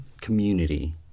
community